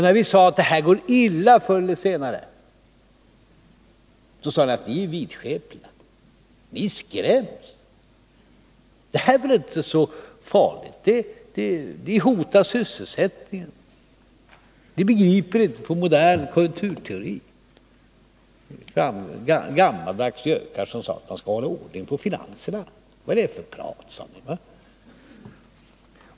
När vi sade, att detta går illa förr eller senare sade ni: Ni är vidskepliga, ni skräms, det här är inte så farligt. Ni hotar sysselsättningen. Ni begriper er inte på modern konjunkturteori. Ni är gammaldags gökar, som säger att man skall hålla ordning på finanserna. — Vad är det för prat, sade ni.